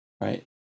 right